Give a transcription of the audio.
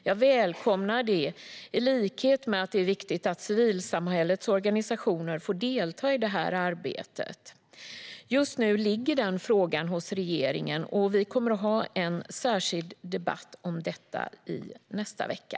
Jag välkomnar det, och det är viktigt att civilsamhällets organisationer får delta i detta arbete. Just nu ligger den frågan hos regeringen, och vi kommer att ha en debatt om detta i nästa vecka.